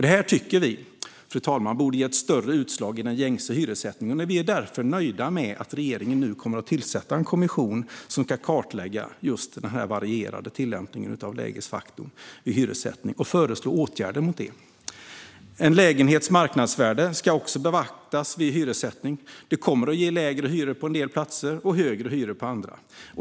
Det här tycker vi borde ge ett större utslag i den gängse hyressättningen, och därför är vi nöjda med att regeringen nu kommer att tillsätta en kommission som ska kartlägga den varierande tillämpningen av lägesfaktorn vid hyressättning och föreslå åtgärder mot detta. En lägenhets marknadsvärde ska också beaktas vid hyressättning. Det kommer att ge lägre hyror på en del platser och högre hyror på andra.